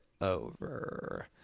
over